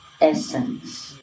essence